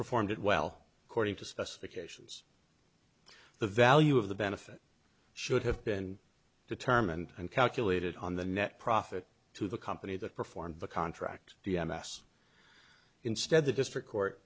performed it well according to specifications the value of the benefit should have been determined and calculated on the net profit to the company that performed the contract d m s instead the district court